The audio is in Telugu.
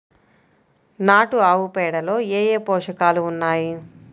నాటు ఆవుపేడలో ఏ ఏ పోషకాలు ఉన్నాయి?